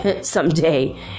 someday